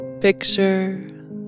Picture